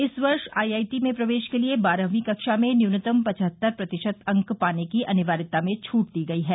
इस वर्ष आईआईटी में प्रवेश के लिए बारहवीं कक्षा में न्यूनतम पचहत्तर प्रतिशत अंक पाने की अनिवार्यता में छूट दी गई है